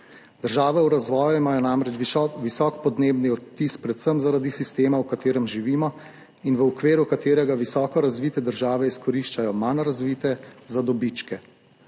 Države v razvoju imajo namreč visok podnebni odtis predvsem zaradi sistema, v katerem živimo in v okviru katerega visoko razvite države izkoriščajo manj razvite za dobičke.